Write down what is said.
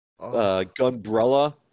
Gunbrella